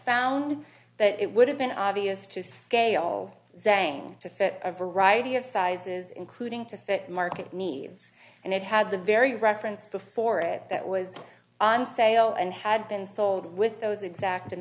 found that it would have been obvious to scale zang to fit a variety of sizes including to fit market needs and it had the very reference before it that was on sale and had been sold with those exact